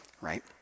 right